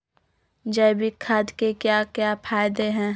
जैविक खाद के क्या क्या फायदे हैं?